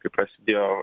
kai prasidėjo